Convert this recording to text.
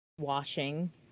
washing